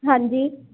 ਹਾਂਜੀ